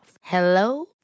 Hello